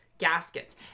Gaskets